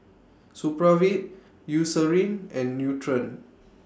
Supravit Eucerin and Nutren